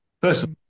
First